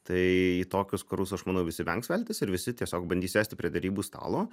tai į tokius karus aš manau visi vengs veltis ir visi tiesiog bandys sėsti prie derybų stalo